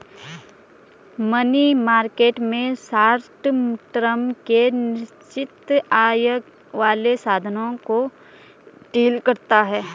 money market में short term के निश्चित आय वाले साधनों को डील करता है